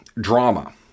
drama